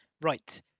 right